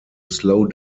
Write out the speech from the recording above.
slow